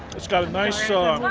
it's got a nice